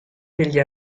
degli